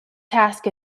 task